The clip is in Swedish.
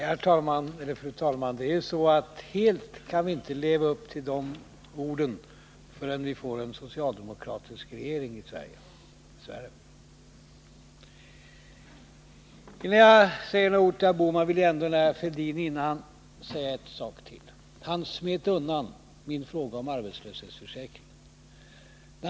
Fru talman! Helt kan vi dess värre inte leva upp till de orden förrän vi får en socialdemokratisk regering i Sverige. Innan jag vänder mig till herr Bohman vill jag ändå när herr Fälldin är inne säga några ord till honom. Herr Fälldin smet undan min fråga om arbetslöshetsförsäkringen.